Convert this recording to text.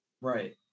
right